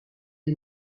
est